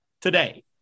today